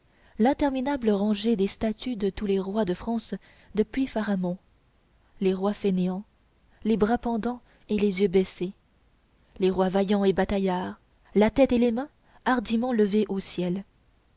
l'interminable rangée des statues de tous les rois de france depuis pharamond les rois fainéants les bras pendants et les yeux baissés les rois vaillants et bataillards la tête et les mains hardiment levées au ciel